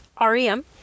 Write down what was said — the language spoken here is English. REM